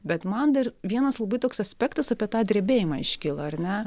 bet man dar vienas labai toks aspektas apie tą drebėjimą iškilo ar ne